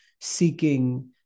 seeking